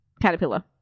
caterpillar